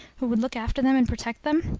who would look after them and protect them?